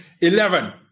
eleven